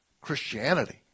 Christianity